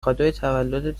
تولدت